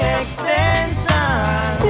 extension